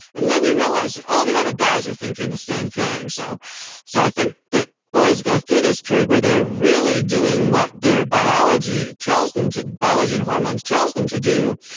and then you realize that all the other guys are thinking the same thing. so so i think that boys go through this period where they're really doing what their biology tells them to, biology and hormones tells them to do,